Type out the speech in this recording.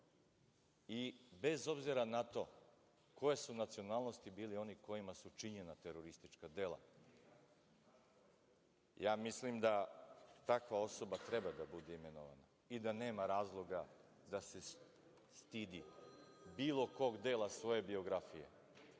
i bez obzira na to koje su nacionalnosti bili oni kojima su činjena teroristička dela. Mislim da takva osoba treba da bude imenovana i da nema razloga da se stidi bilo kog dela svoje biografije,